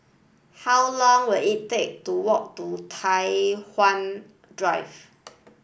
how long will it take to walk to Tai Hwan Drive